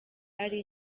ari